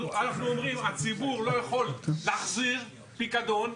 אנחנו אומרים הציבור לא יכול להחזיר פיקדון,